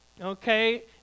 okay